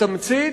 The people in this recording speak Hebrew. בתמצית,